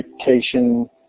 education